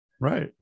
right